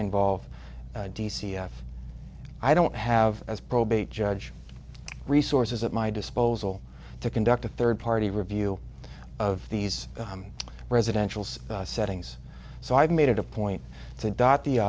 involve d c i don't have as probate judge resources at my disposal to conduct a third party review of these residential settings so i've made it a point to dot the